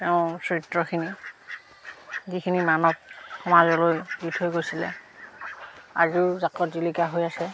তেওঁৰ চৰিত্ৰখিনি যিখিনি মানৱ সমাজলৈ দি থৈ গৈছিলে আজিও জাকত জিলিকা হৈ আছে